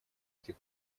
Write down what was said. этих